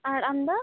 ᱟᱨ ᱟᱢᱫᱚ